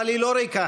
אבל היא לא ריקה,